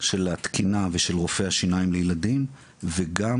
של התקינה ושל רופאי השיניים לילדים וגם